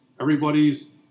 everybody's